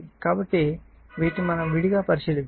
కాబట్టి వీటిని మనము విడిగా పరిశీలిద్దాం